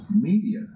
media